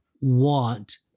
want